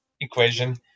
equation